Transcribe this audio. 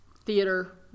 theater